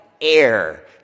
air